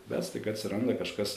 bet staiga atsiranda kažkas